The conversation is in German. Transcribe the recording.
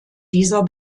dieser